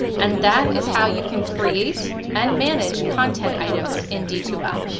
and that is how you can create and manage content items in d two l.